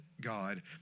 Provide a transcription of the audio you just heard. God